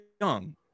young